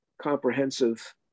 comprehensive